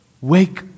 Wake